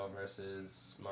versus